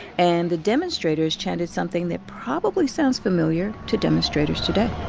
and the demonstrators chanted something that probably sounds familiar to demonstrators today